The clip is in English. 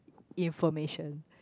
information